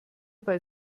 bei